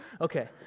Okay